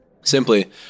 Simply